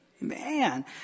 Man